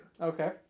Okay